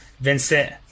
Vincent